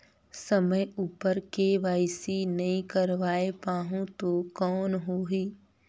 समय उपर के.वाई.सी नइ करवाय पाहुं तो कौन होही?